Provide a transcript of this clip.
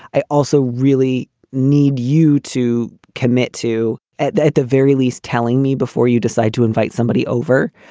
i also really need you to commit to, at the at the very least, telling me before you decide to invite somebody over.